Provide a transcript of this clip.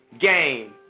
game